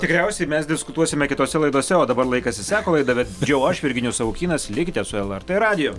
tikriausiai mes diskutuosime kitose laidose o dabar laikas išseko laidą vedžiau aš virginijus savukynas likite su lrt radiju